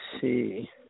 see